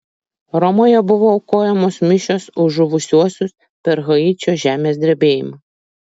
romoje buvo aukojamos mišios už žuvusiuosius per haičio žemės drebėjimą